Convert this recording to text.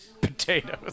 potatoes